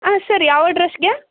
ಹಾಂ ಸರ್ ಯಾವ ಅಡ್ರಸ್ಗೆ